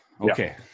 okay